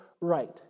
right